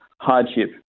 hardship